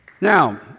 Now